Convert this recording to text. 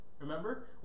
remember